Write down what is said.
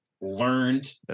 learned